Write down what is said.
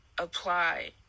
apply